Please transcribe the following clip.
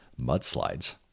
mudslides